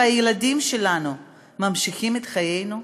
והילדים שלנו ממשיכים את חיינו.